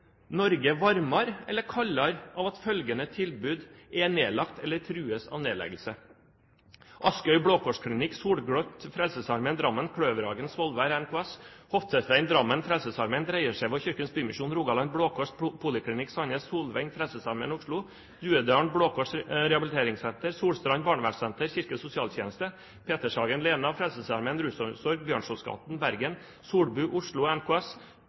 Norge varmere eller kaldere av at følgende tilbud er nedlagt eller trues av nedleggelse? Jeg nevner Askøy Blå Kors Klinikk, Frelsesarmeen Solgløtt, Drammen, NKS’ Kløverhagen, Svolvær, Frelsesarmeen i Hotvedtveien, Drammen, Dreieskjevå–Kirkens Bymisjon, Rogaland, Blå Kors poliklinikk, Sandnes, Solfeng, Frelsesarmeen i Oslo, Duedalen Blå Kors Behandlingssenter, Solstrand Barnevernsenter, Kirkens Sosialtjeneste, Petershagen, Lena, Frelsesarmeens Rusomsorg i Bjørnsonsgaten i Bergen, Solbu, Oslo, NKS’